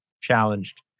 challenged